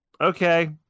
okay